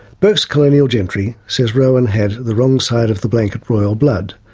burke's colonial gentry says rowan had the wrong-side-of-the-blanket royal blood,